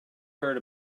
heard